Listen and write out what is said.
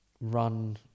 run